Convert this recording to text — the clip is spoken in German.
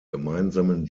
gemeinsamen